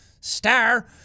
STAR